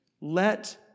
Let